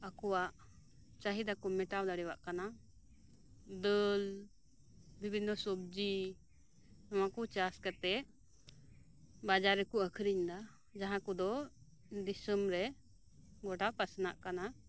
ᱟᱠᱚᱣᱟᱜ ᱪᱟᱦᱤᱫᱟ ᱠᱚ ᱢᱮᱴᱟᱣ ᱫᱟᱲᱮᱭᱟᱜ ᱠᱟᱱᱟ ᱫᱟᱹᱞ ᱵᱤᱵᱷᱤᱱᱚ ᱥᱚᱵᱡᱤ ᱱᱚᱣᱟᱠᱚ ᱪᱟᱥ ᱠᱟᱛᱮᱫ ᱵᱟᱡᱟᱨ ᱨᱮᱠᱚ ᱟᱹᱠᱷᱨᱤᱧᱮᱫᱟ ᱡᱟᱦᱟᱸ ᱠᱚᱫᱚ ᱫᱤᱥᱟᱹᱢ ᱨᱮ ᱜᱚᱴᱟ ᱯᱟᱥᱱᱟᱜ ᱠᱟᱱᱟ